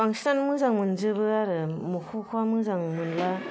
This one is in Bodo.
बांसिनानो मोजां मोनजोबो आरो माखौबा माखौबा मोजां मोनला